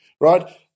right